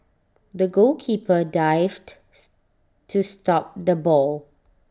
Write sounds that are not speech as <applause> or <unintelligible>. the goalkeeper dived <unintelligible> to stop the ball